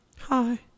Hi